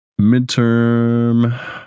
Midterm